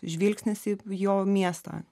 žvilgsnis į jo miestą